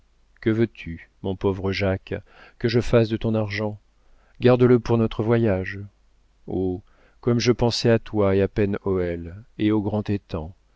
que veux-tu mon pauvre jacques que je fasse de ton argent garde-le pour notre voyage oh comme je pensais à toi et à pen hoël et au grand